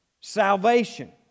salvation